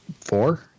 Four